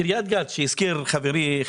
קריית גת שהזכיר חברי,